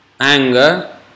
Anger